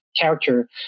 character